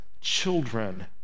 children